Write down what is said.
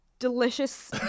delicious